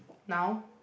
now